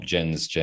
Jen's